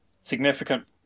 significant